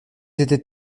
étaient